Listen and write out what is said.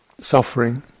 suffering